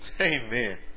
Amen